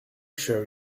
sure